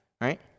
Right